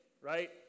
right